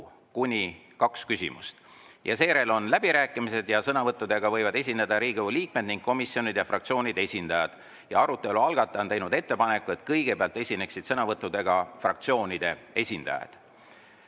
kuni kaks küsimust. Seejärel on läbirääkimised, sõnavõttudega võivad esineda Riigikogu liikmed ning komisjonide ja fraktsioonide esindajad. Arutelu algataja on teinud ettepaneku, et kõigepealt esineksid sõnavõttudega fraktsioonide esindajad.